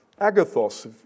agathos